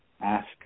ask